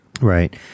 Right